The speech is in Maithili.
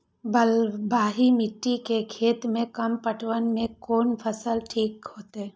बलवाही मिट्टी के खेत में कम पटवन में कोन फसल ठीक होते?